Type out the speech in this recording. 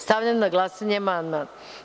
Stavljam na glasanje ovaj amandman.